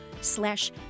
slash